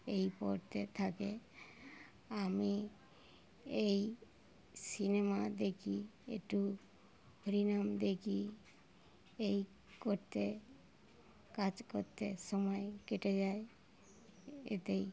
এই পড়তে থাকে আমি এই সিনেমা দেখি একটু হরিনাম দেখি এই করতে কাজ করতে সময় কেটে যায় এতেই